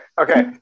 Okay